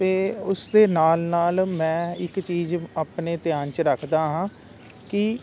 ਅਤੇ ਉਸਦੇ ਨਾਲ ਨਾਲ ਮੈਂ ਇੱਕ ਚੀਜ਼ ਆਪਣੇ ਧਿਆਨ 'ਚ ਰੱਖਦਾ ਹਾਂ ਕਿ